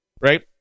right